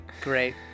Great